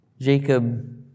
Jacob